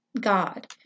God